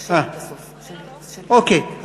אוקיי,